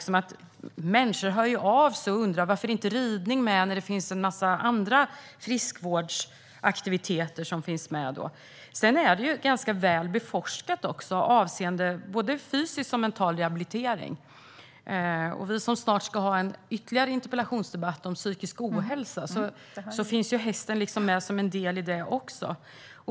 Människor hör av sig och undrar varför inte ridning ingår när det finns en massa andra friskvårdsaktiviteter med på listan. Sedan är ridning också ett ganska väl beforskat område avseende både fysisk och mental rehabilitering. Vi ska snart ha en ytterligare interpellationsdebatt om psykisk ohälsa. Där finns också hästen med som en del i detta.